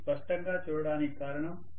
మీరు స్పష్టంగా చూడటానికి కారణం